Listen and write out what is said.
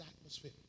atmosphere